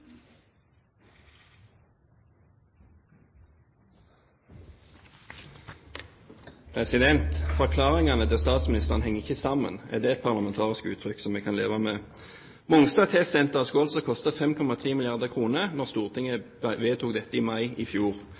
det et parlamentarisk uttrykk som en kan leve med? Mongstad testsenter skulle altså koste 5,3 milliarder kr da det ble vedtatt i Stortinget i mai i fjor.